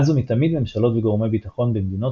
מאז ומתמיד ממשלות וגורמי ביטחון במדינות